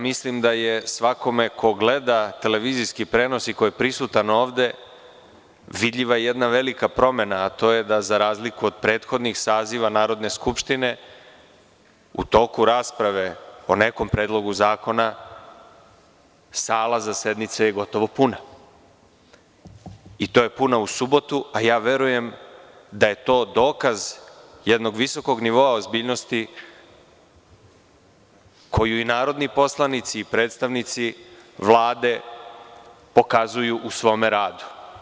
Mislim da je svakome ko gleda televizijski prenos i ko je prisutan ovde vidljiva jedna promena, a to je da za razliku od prethodnih saziva Narodne skupštine u toku rasprave o nekom predlogu zakona sala za sednice je gotovo puna, i to je puna u subotu, a ja verujem da je to dokaz jednog visokog nivoa ozbiljnosti koju i narodni poslanici, i predstavnici Vlade pokazuju u svome radu.